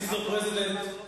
מי מסר את המפתחות בחברון?